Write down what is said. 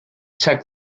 check